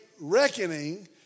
reckoning